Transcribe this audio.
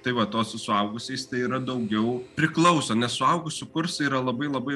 tai vat o su suaugusiais tai yra daugiau priklauso nes suaugusių kursai yra labai labai